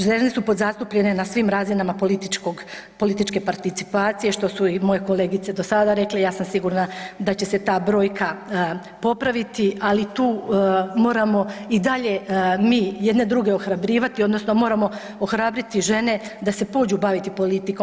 Žene su podzastupljene na svim razinama političkog, političke participacije što su i moje kolegice do sada rekle, ja sam sigurna da će se ta brojka popraviti, ali tu moramo i dalje mi jedne druge ohrabrivati odnosno moramo ohrabriti žene da se pođu baviti politikom.